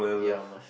ya mush